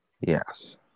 Yes